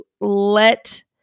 let